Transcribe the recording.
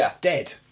dead